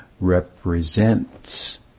represents